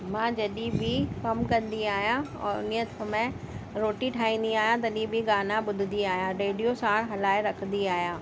मां जडहिं बि कम कंदी आहियां और ॾींहुं थमे रोटी ठाईंदी आयां तडहिं बि गाना ॿुधदी आहियां रेडियो सां हलाइ रखदी आहियां